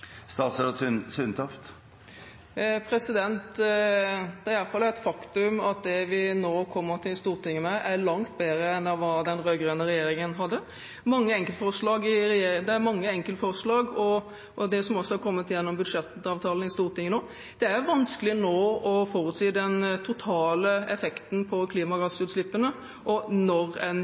Det er i hvert fall et faktum at det vi nå kommer til Stortinget med, er langt bedre enn det den rød-grønne regjeringen hadde. Det er mange enkeltforslag, også i budsjettavtalen i Stortinget. Det er vanskelig nå å forutsi den totale effekten på klimagassutslippene og når en